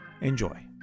Enjoy